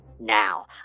Now